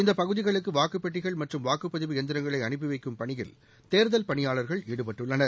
இந்தப் பகுதிகளுக்கு வாக்குப் பெட்டிகள் மற்றும் வாக்குப்பதிவு எந்திரங்களை அனுப்பி வைக்கும் பணியில் தேர்தல் பணியாளர்கள் ஈடுபட்டுள்ளனர்